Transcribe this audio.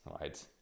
right